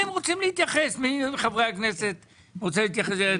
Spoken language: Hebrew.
מי מחברי הכנסת רוצה להתייחס?